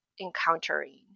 encountering